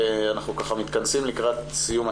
אנחנו מתכנסים לקראת סיום,